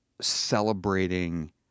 celebrating